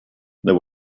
there